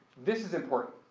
this is important.